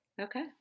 Okay